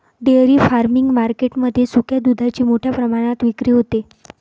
dairy farming market मध्ये सुक्या दुधाची मोठ्या प्रमाणात विक्री होते